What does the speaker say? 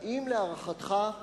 האם להערכתך,